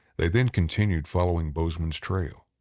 they then continued following bozeman's trail,